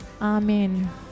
Amen